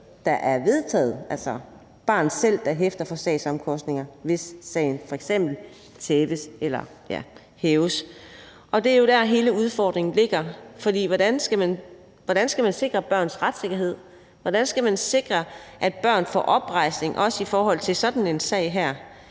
der er vedtaget – altså barnet selv, der hæfter for sagsomkostninger, hvis sagen f.eks. tabes eller hæves. Og det er jo der, hele udfordringen ligger. For hvordan skal man sikre børns retssikkerhed? Hvordan skal man sikre, at børn får oprejsning, også i forhold til sådan en sag her,